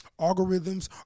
Algorithms